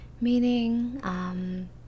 meaning